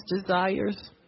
desires